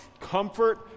comfort